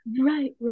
Right